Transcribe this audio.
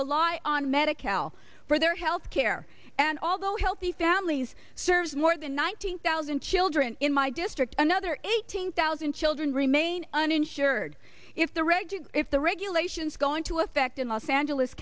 rely on medical for their health care and although healthy families serves more than one hundred thousand children in my district another eighteen thousand children remain uninsured if the regular if the regulations go into effect in los angeles